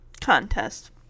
Contest